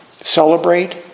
celebrate